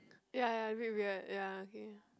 ya ya a bit weird ya okay